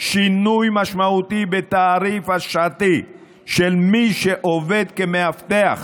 שינוי משמעותי בתעריף השעתי של מי שעובד כמאבטח